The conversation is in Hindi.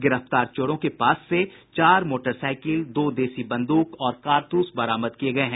गिरफ्तार चोरों के पास से चार मोटरसाईकिल दो देसी बंदूक और कारतूस भी बरामद किये गये हैं